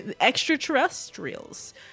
extraterrestrials